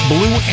Blue